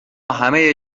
همه